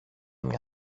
μια